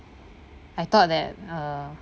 I thought that uh